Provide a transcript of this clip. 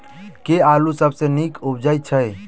केँ आलु सबसँ नीक उबजय छै?